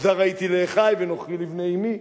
"מוזר הייתי לאחי ונכרי לבני אמי".